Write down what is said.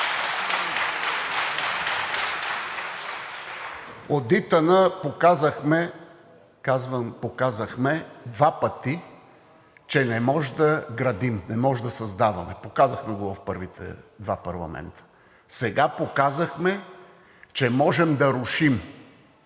казвам показахме, два пъти, че не можем да градим, не можем да създаваме. Показахме го в първите два парламента. Сега показахме, че можем да рушим.